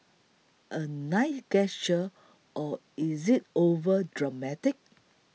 a nice gesture or is it overly dramatic